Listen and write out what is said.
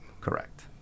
Correct